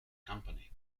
company